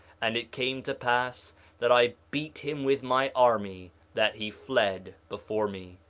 and it came to pass that i beat him with my army that he fled before me.